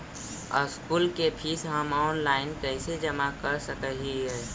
School के fees हम online कैसे जमा कर सक हिय?